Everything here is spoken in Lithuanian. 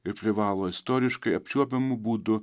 ir privalo istoriškai apčiuopiamu būdu